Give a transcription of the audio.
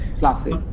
classic